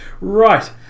right